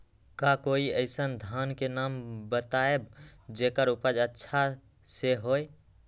का कोई अइसन धान के नाम बताएब जेकर उपज अच्छा से होय?